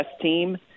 team